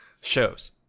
shows